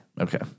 Okay